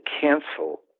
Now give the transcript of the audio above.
cancel